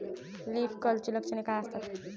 Leaf कर्लची लक्षणे काय आहेत?